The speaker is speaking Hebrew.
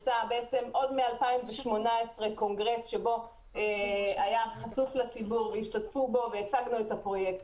עוד ב-2018 היה קונגרס שהיה חשוף לציבור והצגנו בו את הפרויקט.